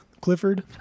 Clifford